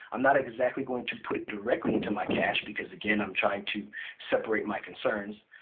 i'm not exactly going to put it directly into my cache because again, i'm trying to separate my concerns.